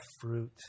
fruit